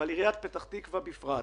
ועל עיריית פתח-תקוה בפרט,